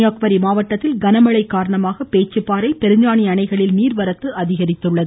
கன்னியாகுமரி மாவட்டத்தில் கன மழை காரணமாக பேச்சிப்பாறை பெருஞ்சாணி அணைகளில் நீர்வரத்து அதிகரித்துள்ளது